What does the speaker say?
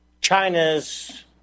China's